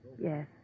Yes